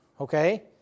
Okay